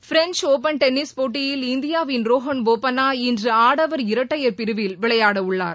French Open tennis போட்டியில் இந்தியாவின் ரோகன் போபண்ணா இன்று ஆடவர் இரட்டையர் பிரிவில் விளையாட உள்ளார்